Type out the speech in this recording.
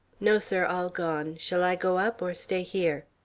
no, sir, all gone. shall i go up or stay here?